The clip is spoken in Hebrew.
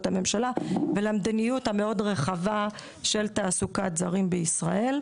הממשלה ולמדיניות המאוד רחבה של תעסוקת זרים בישראל.